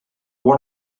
what